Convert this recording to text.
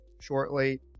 shortly